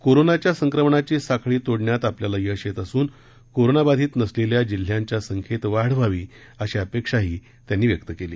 कोरोनाच्या संक्रमणाची साखळी तोडण्यात आपल्याला यश येत असून कोरोनाबाधित नसलेल्या जिल्ह्यांच्या संख्येत वाढ व्हावी अशी अपेक्षाही त्यांनी व्यक्त केली